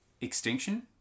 Extinction